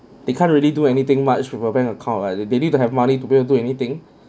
they can't really do anything much with a bank account lah maybe you don't have money to do anything